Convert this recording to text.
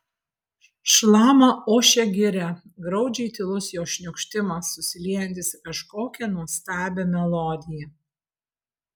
šlama ošia giria graudžiai tylus jos šniokštimas susiliejantis į kažkokią nuostabią melodiją